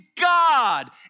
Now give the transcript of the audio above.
God